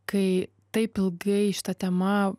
kai taip ilgai šita tema